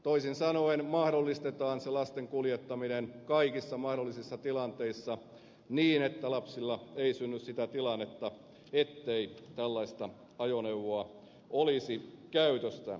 toisin sanoen mahdollistetaan se lasten kuljettaminen kaikissa mahdollisissa tilanteissa niin että lapsille ei synny sitä tilannetta ettei tällaista ajoneuvoa olisi käytössä